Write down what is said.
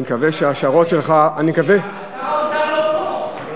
אני מקווה שההשערות שלך, שר האוצר לא פה.